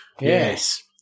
yes